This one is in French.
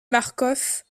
marcof